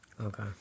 Okay